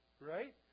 right